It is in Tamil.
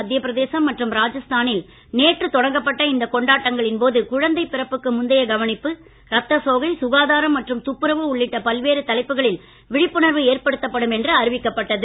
மத்திய பிரதேசம் ராஜஸ்தானில் மற்றும் நேற்று தொடங்கப்பட்ட இந்த கொண்டாட்டங்களின்போது குழந்தை பிறப்புக்கு முந்தைய கவனிப்பு ரத்த சோகை சுகாதாரம் மற்றும் துப்புரவு உள்ளிட்ட பல்வேறு தலைப்புகளில் விழிப்புணர்வு ஏற்படுத்தப்படும் என்று அறிவிக்கப்பட்டது